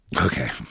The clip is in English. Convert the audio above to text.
Okay